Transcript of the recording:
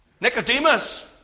Nicodemus